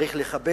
צריך לכבד.